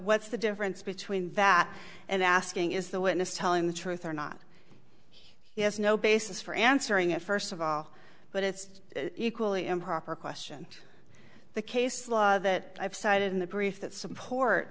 what's the difference between that and asking is the witness telling the truth or not he has no basis for answering it first of all but it's equally improper question the case law that i've cited in the brief that support